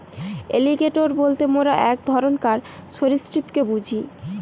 alligator বলতে মোরা এক ধরণকার সরীসৃপকে বুঝি